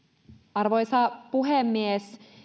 arvoisa puhemies